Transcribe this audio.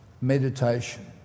meditation